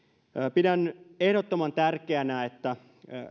pidän ehdottoman tärkeänä että